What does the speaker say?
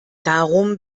darum